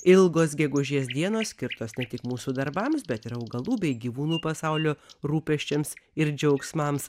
ilgos gegužės dienos skirtos ne tik mūsų darbams bet ir augalų bei gyvūnų pasaulio rūpesčiams ir džiaugsmams